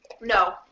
No